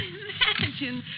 imagine